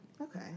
Okay